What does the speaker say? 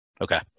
Okay